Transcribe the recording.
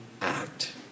act